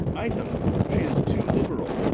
item she is too liberal